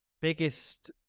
biggest